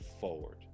forward